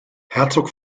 herzog